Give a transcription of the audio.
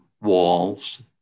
walls